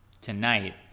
tonight